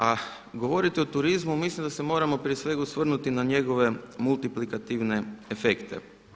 A govoriti o turizmu, mislim da se moramo prije svega osvrnuti na njegove multiplikativne efekte.